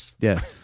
Yes